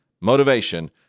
Motivation